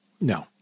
no